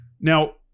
Now